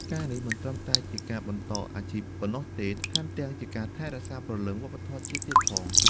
ការណ៍នេះមិនត្រឹមតែជាការបន្តអាជីពប៉ុណ្ណោះទេ ថែមទាំងជាការថែរក្សាព្រលឹងវប្បធម៌ជាតិទៀតផង។